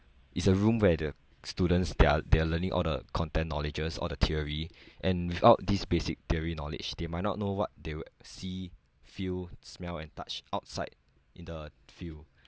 it's a room where the students they're they're learning all the content knowledges all the theory and without this basic theory knowledge they might not know what they see feel smell and touch outside in the field